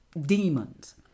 demons